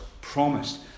promised